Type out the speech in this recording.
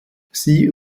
sie